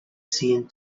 seen